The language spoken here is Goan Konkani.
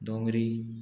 डोंगरी